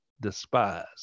despise